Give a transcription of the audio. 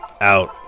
out